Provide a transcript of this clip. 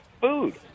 food